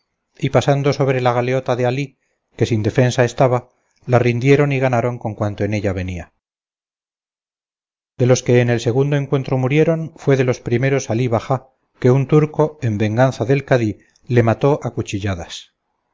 y pasando sobre la galeota de alí que sin defensa estaba la rindieron y ganaron con cuanto en ella venía de los que en el segundo encuentro murieron fue de los primeros alí bajá que un turco en venganza del cadí le mató a cuchilladas